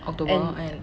october and